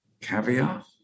Caviar